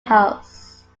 house